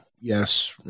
yes